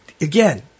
again